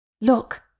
Look